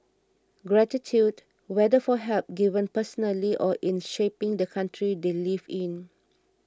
gratitude whether for help given personally or in shaping the country they live in